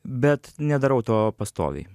bet nedarau to pastoviai